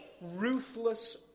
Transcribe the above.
ruthless